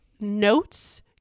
notes